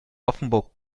offenburg